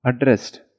addressed